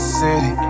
city